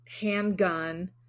handgun